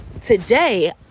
today